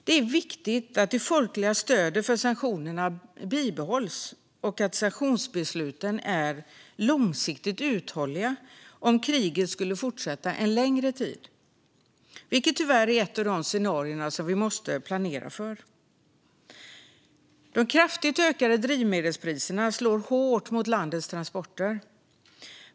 Det är viktigt att det folkliga stödet för sanktionerna bibehålls och att sanktionsbesluten är långsiktigt uthålliga om kriget skulle fortsätta en längre tid, vilket tyvärr är ett av de scenarier vi måste planera för. De kraftigt ökade drivmedelspriserna slår hårt mot landets transporter.